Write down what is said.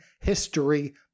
history